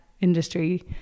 industry